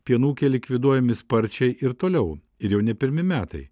pieno ūkiai likviduojami sparčiai ir toliau ir jau ne pirmi metai